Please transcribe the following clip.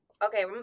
Okay